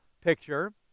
picture